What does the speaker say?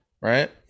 right